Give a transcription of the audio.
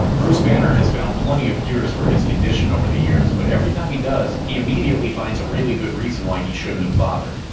bruce banner has found plenty of cures for his condition over the years, but every time he does, he immediately finds a really good reason why he shouldn't have bothered.